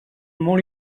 molt